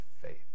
faith